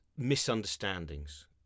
misunderstandings